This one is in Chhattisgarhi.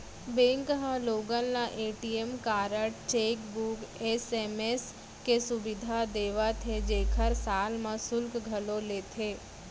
बेंक ह लोगन ल ए.टी.एम कारड, चेकबूक, एस.एम.एस के सुबिधा देवत हे जेकर साल म सुल्क घलौ लेथे